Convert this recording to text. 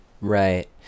Right